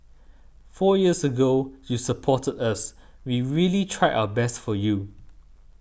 four years ago you supported us we really tried our best for you